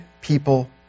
people